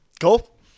Cool